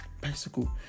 bicycle